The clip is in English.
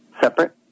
separate